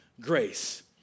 grace